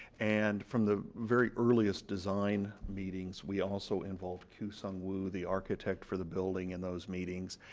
and from the very earliest design meetings, we also involved kyu sung woo, the architect for the building, in those meetings.